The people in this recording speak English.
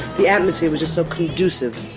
the atmosphere was just so conducive